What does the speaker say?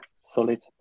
solid